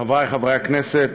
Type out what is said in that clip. חברי חברי הכנסת,